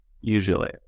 usually